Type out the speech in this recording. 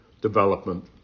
development